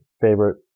favorite